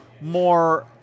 more